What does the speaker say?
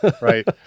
Right